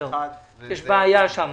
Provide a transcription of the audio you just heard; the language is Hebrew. יש בעיה שם.